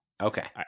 Okay